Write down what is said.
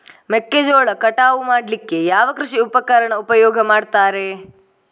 ಮೆಕ್ಕೆಜೋಳ ಕಟಾವು ಮಾಡ್ಲಿಕ್ಕೆ ಯಾವ ಕೃಷಿ ಉಪಕರಣ ಉಪಯೋಗ ಮಾಡ್ತಾರೆ?